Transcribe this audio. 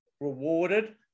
rewarded